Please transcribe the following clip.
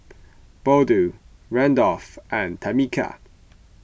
Bode Randolf and Tamika